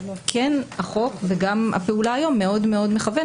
החוק וגם הפעולה היום מאוד מאוד מכוונים